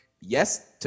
Yes